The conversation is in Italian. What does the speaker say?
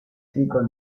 sequel